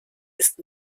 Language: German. ist